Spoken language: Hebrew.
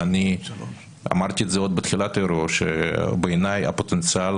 אני אמרתי עוד בתחילת האירוע שבעיניי הפוטנציאל